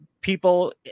people